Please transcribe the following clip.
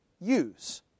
use